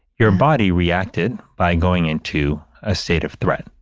your body reacted by going into a state of threat,